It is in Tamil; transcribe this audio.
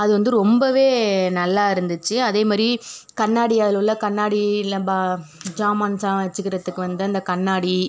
அது வந்து ரொம்பவே நல்லா இருந்துச்சு அதே மாதிரி கண்ணாடி அதில் உள்ள கண்ணாடி இல்லை ப சாமான்ஸ்லாம் வச்சுக்கிறத்துக்கு வந்து அந்த கண்ணாடி